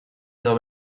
edo